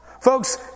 Folks